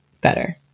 better